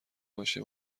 باشه